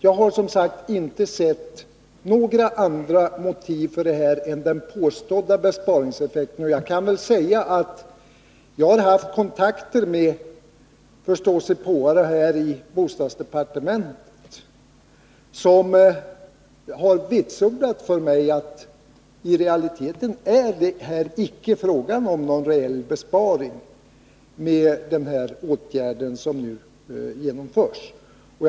Jag har som sagt inte sett några andra motiv för detta än den påstådda besparingseffekten. Jag kan nämna att jag har haft kontakter i den här frågan med förståsigpåare i bostadsdepartementet, som har vitsordat att det genom den åtgärd som nu skall vidtas i realiteten icke blir fråga om någon reell besparing.